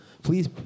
Please